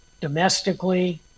domestically